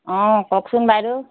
অঁ কওকচোন বাইদেউ